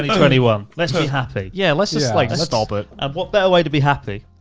twenty one. let's be happy. yeah. let's just like stop it. and what better way to be happy,